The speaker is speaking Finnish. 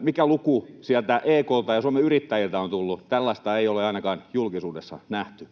mikä luku sieltä EK:lta ja Suomen Yrittäjiltä on tullut? Tällaista ei ole ainakaan julkisuudessa nähty.